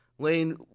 Lane